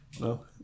No